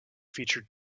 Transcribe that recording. featured